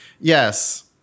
Yes